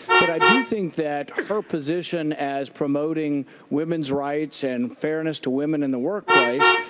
but i do think that her position as promoting women's rights and fairness to women in the workplace,